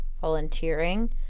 volunteering